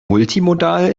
multimodal